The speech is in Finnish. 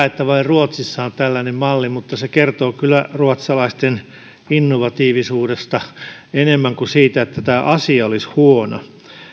että vain ruotsissa on tällainen malli mutta se kertoo kyllä ruotsalaisten innovatiivisuudesta enemmän kuin siitä että tämä asia olisi huono